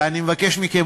ואני מבקש מכם,